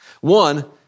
One